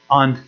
on